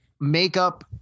makeup